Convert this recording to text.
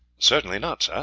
certainly not, sir.